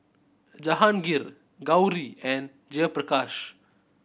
Jehangirr Gauri and Jayaprakash